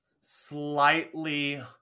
slightly